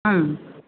ಹಾಂ